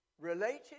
related